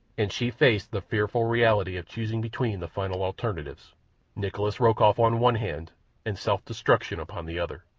and she faced the fearful reality of choosing between the final alternatives nikolas rokoff on one hand and self-destruction upon the other.